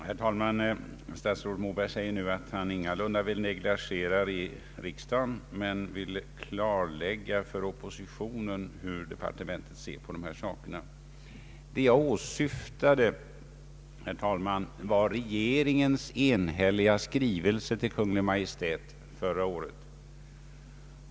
Herr talman! Statsrådet Moberg säger nu att han ingalunda vill negligera riksdagen utan att han vill klarlägga för oppositionen hur departementet ser på dessa frågor, Vad jag åsyftade, herr talman, var riksdagens enhälliga skrivelse till Kungl. Maj:t förra året.